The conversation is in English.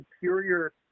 superior